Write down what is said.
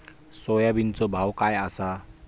सोयाबीनचो भाव काय आसा?